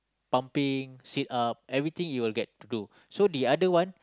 pumping sit up everything he will get to do so the other one